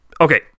okay